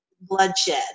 bloodshed